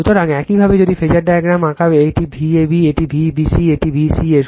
সুতরাং একইভাবে যদি ফেজার ডায়াগ্রাম আঁক এটি Vab এটি Vbc এটি vca